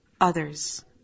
others